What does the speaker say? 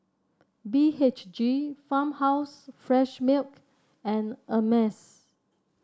B H G Farmhouse Fresh Milk and Ameltz